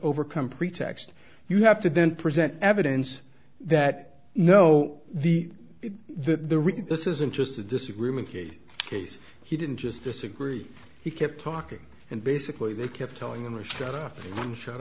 overcome pretext you have to then present evidence that no the the this isn't just a disagreement case case he didn't just disagree he kept talking and basically they kept telling him or s